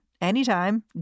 anytime